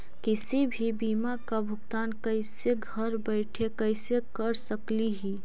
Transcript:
किसी भी बीमा का भुगतान कैसे घर बैठे कैसे कर स्कली ही?